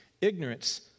ignorance